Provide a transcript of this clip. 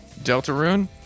Deltarune